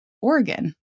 Oregon